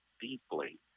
deeply